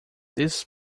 this